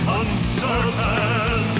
uncertain